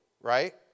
right